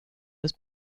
was